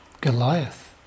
Goliath